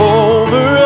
over